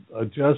adjust